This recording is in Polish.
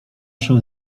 się